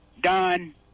done